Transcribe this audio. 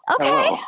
Okay